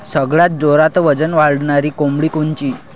सगळ्यात जोरात वजन वाढणारी कोंबडी कोनची?